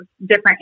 different